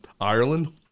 Ireland—